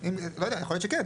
לא יודע, יכול להיות שכן.